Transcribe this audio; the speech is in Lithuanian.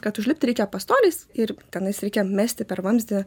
kad užlipti reikia pastoliais ir tenais reikia mesti per vamzdį